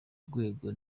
rwego